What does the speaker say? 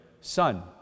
Son